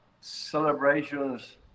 celebrations